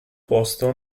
posto